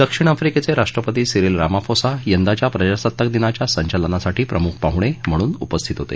दक्षिण आफ्रीकेचे राष्ट्रपती सिरिल रामाफोसा यंदाच्या प्रजासत्ताक दिनाच्या संचलनासाठी प्रमुख पाहुणे म्हणून उपस्थित होते